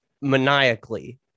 maniacally